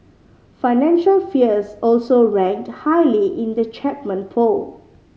financial fears also ranked highly in the Chapman poll